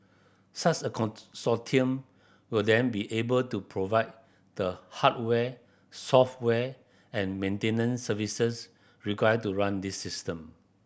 such a consortium will then be able to provide the hardware software and maintenance services required to run this system